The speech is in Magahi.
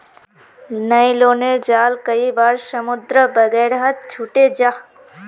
न्य्लोनेर जाल कई बार समुद्र वगैरहत छूटे जाह